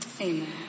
Amen